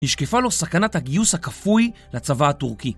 נשקפה לו סכנת הגיוס הכפוי לצבא הטורקי.